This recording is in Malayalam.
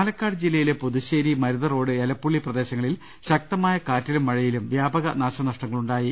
പാലക്കാട് ജില്ലയിലെ പുതുശ്ശേരി മരുതറോഡ് എലപ്പുള്ളി പ്രദേശങ്ങളിൽ ശക്തമായ കാറ്റിലും മഴയിലും വ്യാപക നാശനഷ്ട ങ്ങൾ ഉണ്ടായി